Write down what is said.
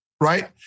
Right